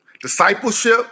Discipleship